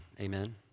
Amen